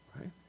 right